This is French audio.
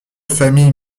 familles